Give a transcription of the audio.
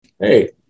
hey